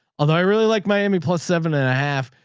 although i really like miami plus seven and a half,